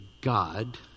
God